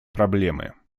проблемы